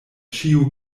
ĉiu